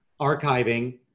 archiving